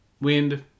wind